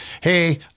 hey